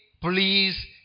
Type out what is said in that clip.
please